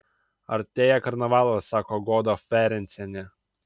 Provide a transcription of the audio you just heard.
artėja karnavalas sako goda ferencienė